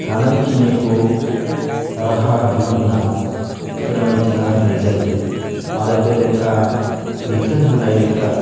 हानायखिनिखौ राहा दिहुनना फोरमायथिना होनाय जायो आरो बेलेखा बिथोन होनाय लेखा